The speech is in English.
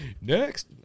Next